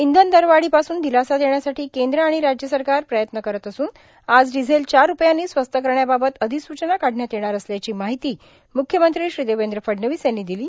इंधन दरवाढांपासून ादलासा देण्यासाठां कद्र आण राज्य सरकार प्रयत्न करत असून आज र्डिझेल चार रुपयांनी स्वस्त करण्याबाबत अधिसूचना काढण्यात येणार असल्याची मार्ाहती मुख्यमंत्री श्री देवद्र फडणवीस यांनी दिलो